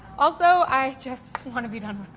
also i just wanna be done with but